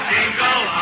Jingle